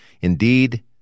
indeed